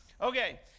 Okay